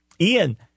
Ian